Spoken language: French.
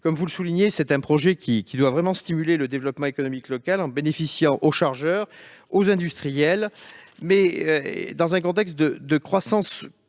Comme vous le soulignez, c'est un investissement qui doit vraiment stimuler le développement économique local en bénéficiant aux chargeurs, aux industriels, dans un contexte de croissance continue